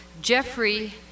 Jeffrey